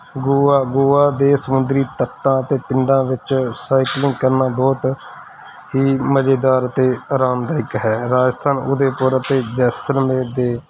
ਗੋਆ ਗੋਆ ਦੇ ਸਮੁੰਦਰੀ ਤੱਟਾਂ ਅਤੇ ਪਿੰਡਾਂ ਵਿੱਚ ਸਾਈਕਲਿੰਗ ਕਰਨਾ ਬਹੁਤ ਹੀ ਮਜ਼ੇਦਾਰ ਅਤੇ ਆਰਾਮਦਾਇਕ ਹੈ ਰਾਜਸਥਾਨ ਉਦੈਪੁਰ ਅਤੇ ਜੈਸਲਮੇਰ ਦੇ